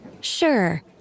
Sure